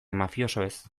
mafiosoez